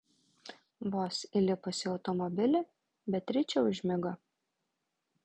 vos įlipusi į automobilį beatričė užmigo